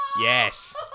Yes